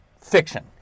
Fiction